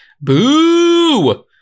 Boo